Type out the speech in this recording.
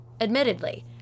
admittedly